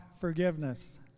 Forgiveness